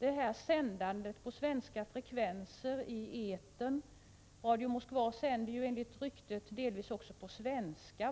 Vad gäller ryssarnas sändande på svenska frekvenser i etern säger ryktet att Radio Moskva delvis sänder program på svenska.